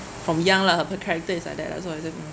from young lah her pe~ character is like that lah so I just mm